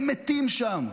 הם מתים שם,